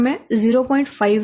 66 અને 0